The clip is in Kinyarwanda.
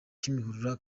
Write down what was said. kimihurura